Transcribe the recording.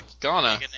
Ghana